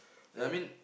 ya